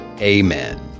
Amen